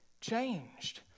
changed